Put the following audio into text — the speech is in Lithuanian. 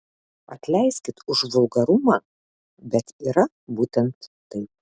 atleiskit už vulgarumą bet yra būtent taip